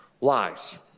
lies